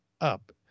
up